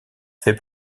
fait